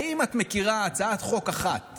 האם את מכירה הצעת חוק אחת